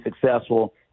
successful